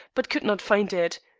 but could not find it.